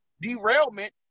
derailment